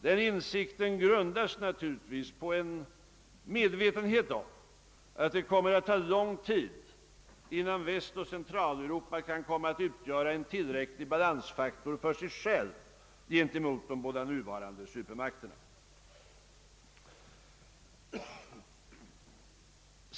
Den insikten grundas naturligtvis på en medvetenhet om att det kommer att ta lång tid innan Västoch Centraleuropa kan komma att utgöra en tillräcklig balansfaktor för sig själv gentemot de båda nuvarande supermakterna.